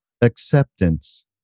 acceptance